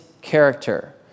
character